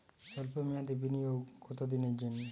সল্প মেয়াদি বিনিয়োগ কত দিনের জন্য?